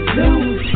lose